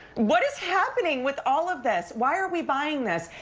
what is happening with all of this? why are we buying this?